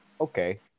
okay